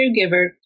caregiver